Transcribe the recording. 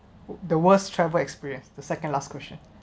the worst travel experience the second last question